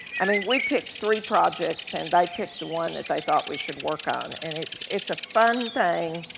i mean, we picked three projects, and they picked the one that they thought we should work on, and it's it's a fun thing,